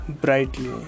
Brightly